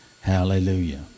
Hallelujah